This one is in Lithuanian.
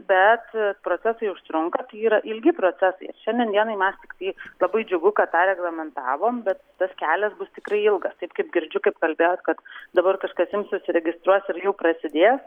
bet procesai užtrunka tai yra ilgi procesai šiandien dienai mes tiktai labai džiugu kad tą reglamentavom bet tas kelias bus tikrai ilgas taip kaip girdžiu kaip kalbėjot kad dabar kažkas ims užsiregistruos ir jau prasidės